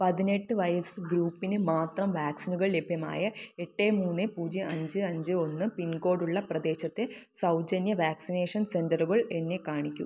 പതിനെട്ട് വയസ്സ് ഗ്രൂപ്പിന് മാത്രം വാക്സിനുകൾ ലഭ്യമായ എട്ട് മൂന്ന് പൂജ്യം അഞ്ച് അഞ്ച് ഒന്ന് പിൻകോഡ് ഉള്ള പ്രദേശത്തെ സൗജന്യ വാക്സിനേഷൻ സെൻ്ററുകൾ എന്നെ കാണിക്കൂ